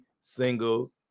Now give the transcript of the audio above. single